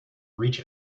reach